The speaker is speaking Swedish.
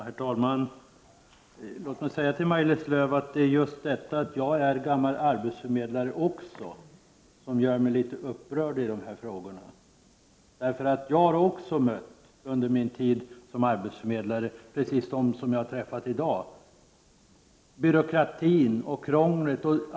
Herr talman! Låt mig säga till Maj-Lis Lööw att det är just därför att också jag är gammal arbetsförmedlare som jag blir litet upprörd i de här frågorna. Jag har också under min tid som arbetsförmedlare mött precis det som jag har stött på i dag: byråkratin och krånglet.